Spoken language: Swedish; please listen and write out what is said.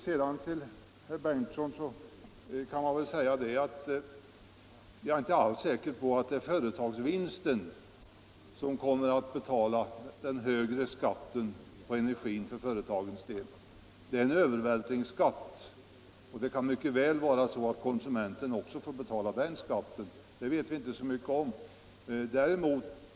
Till herr Berndtson kan jag väl säga att jag inte alls är säker på att det är företagsvinsten som kommer att betala den högre skatten på energin för företagens del. Det är en övervältringsskatt. Det kan mycket väl hända att konsumenten får betala också den skatten. Det vet vi inte så mycket om.